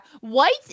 White